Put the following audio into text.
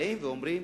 באים ואומרים: